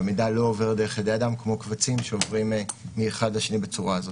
המידע לא עובר דרך ידי אדם כמו קבצים שעוברים מאחד לשני בצורה הזאת.